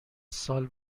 سال